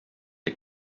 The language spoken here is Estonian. the